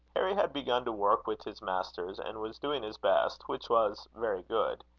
harry had begun to work with his masters, and was doing his best, which was very good.